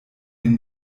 den